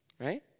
Right